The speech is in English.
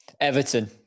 Everton